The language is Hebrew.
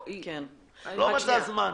היא לא מצאה זמן.